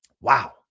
Wow